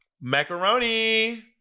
macaroni